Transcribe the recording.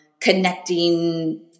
connecting